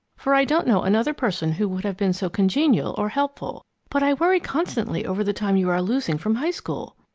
for i don't know another person who would have been so congenial or helpful. but i worry constantly over the time you are losing from high school.